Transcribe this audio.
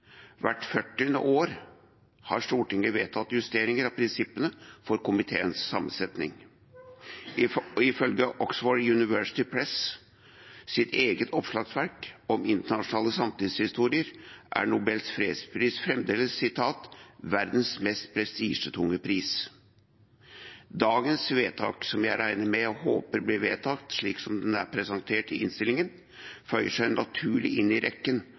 Hvert førtiende år har Stortinget vedtatt justeringer av prinsippene for komiteens sammensetning. Ifølge Oxford University Press’ eget oppslagsverk om internasjonal samtidshistorie er Nobels fredspris fremdeles verdens mest prestisjetunge pris. Dagens forslag til vedtak, som jeg regner med og håper blir vedtatt slik de er presentert i innstillingen, føyer seg naturlig inn i rekken,